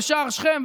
בשער שכם,